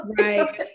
Right